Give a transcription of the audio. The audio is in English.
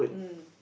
mm